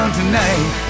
tonight